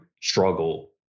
struggle